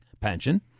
pension